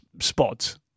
spots